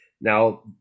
now